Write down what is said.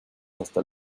hasta